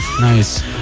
Nice